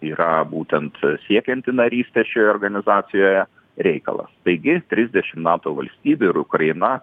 yra būtent siekianti narystės šioje organizacijoje reikalą taigi trisdešim nato valstybių ir ukraina